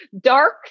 dark